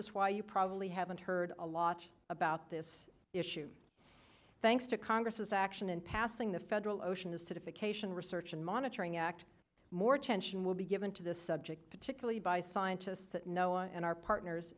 is why you probably haven't heard a lot about this issue thanks to congress's action in passing the federal ocean acidification research and monitoring act more attention will be given to this subject particularly by scientists and our partners